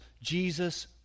Jesus